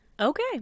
Okay